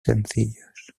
sencillos